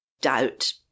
doubt